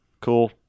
cool